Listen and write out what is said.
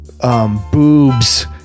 boobs